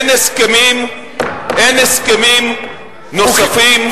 לא, אין הסכמים נוספים.